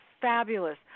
fabulous